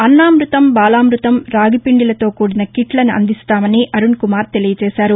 అన్నామ్బతం బాలామ్బతం రాగిపిండిలతో కూడిన కిట్లను అందిస్తామని అరుణ్ కుమార్ తెలియజేశారు